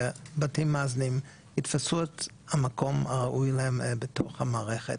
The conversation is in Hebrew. שבתים מאזנים יתפסו את המקום הראוי להם בתוך המערכת.